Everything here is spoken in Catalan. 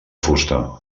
fusta